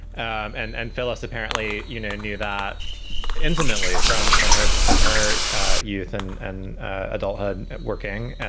and and phyllis apparently, you know, knew that intimately from. from her from her youth and and adulthood working.